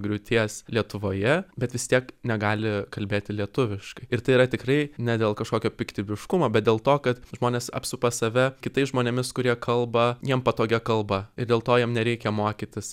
griūties lietuvoje bet vis tiek negali kalbėti lietuviškai ir tai yra tikrai ne dėl kažkokio piktybiškumo bet dėl to kad žmonės apsupa save kitais žmonėmis kurie kalba jiem patogia kalba ir dėl to jiem nereikia mokytis